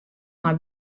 mei